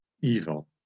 evil